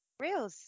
real